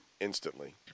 instantly